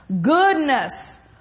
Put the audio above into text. Goodness